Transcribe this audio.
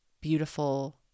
beautiful